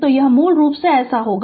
तो यह मूल रूप से ऐसा होगा